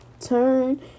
turn